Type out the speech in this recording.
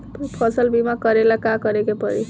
फसल बिमा करेला का करेके पारी?